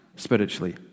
spiritually